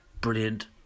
brilliant